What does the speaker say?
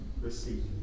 receive